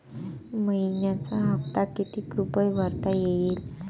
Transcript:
मइन्याचा हप्ता कितीक रुपये भरता येईल?